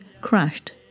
crashed